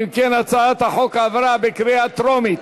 אם כן, הצעת החוק עברה בקריאה טרומית